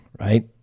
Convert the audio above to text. right